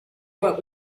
what